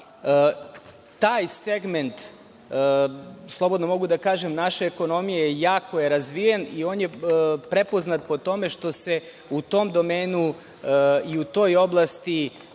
Taj segment, slobodno mogu da kažem naše ekonomije jako je razvijen i on je prepoznat po tome što se u tom domenu i u toj oblasti